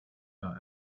gar